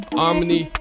harmony